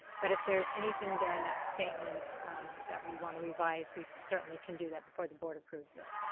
but if there's anything there in that statement that we want to revise, we certainly can do that before the board approves it.